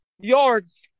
yards